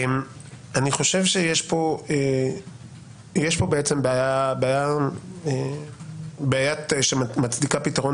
אני חושב שיש פה בעצם בעיה שמצדיקה פתרון